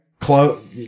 Close